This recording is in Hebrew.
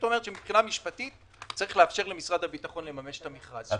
הם אומרים שמשפטית צריך לאפשר למשרד הביטחון לממש את המכרז.